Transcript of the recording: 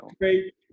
Great